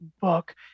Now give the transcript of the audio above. book